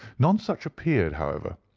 none such appeared, however.